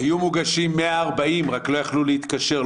היו מוגשים 140, רק לא יכלו להתקשר.